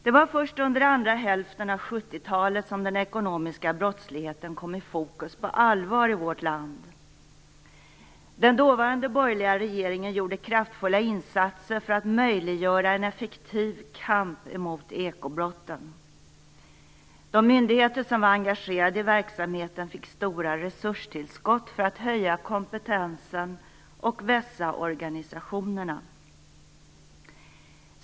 Det var först under andra hälften av 70-talet som den ekonomiska brottsligheten kom i fokus på allvar i vårt land. Den dåvarande borgerliga regeringen gjorde kraftfulla insatser för att möjliggöra en effektiv kamp mot ekobrotten. De myndigheter som var engagerade i verksamheten fick stora resurstillskott för att höja kompetensen och vässa organisationerna.